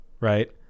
Right